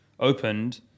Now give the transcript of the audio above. opened